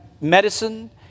medicine